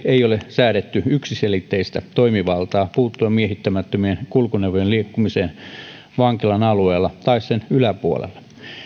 ei ole säädetty yksiselitteistä toimivaltaa puuttua miehittämättömien kulkuneuvojen liikkumiseen vankilan alueella tai sen yläpuolella